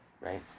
right